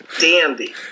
dandy